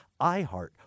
iheart